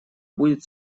будет